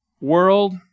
world